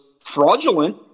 fraudulent